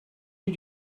you